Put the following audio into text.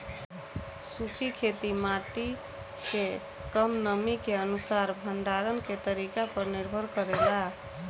सूखी खेती माटी के कम नमी के अनुसार भंडारण के तरीका पर निर्भर करेला